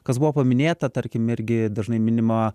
kas buvo paminėta tarkim irgi dažnai minima